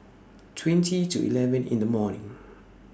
twenty to eleven in The morning